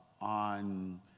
on